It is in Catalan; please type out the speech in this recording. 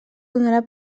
donarà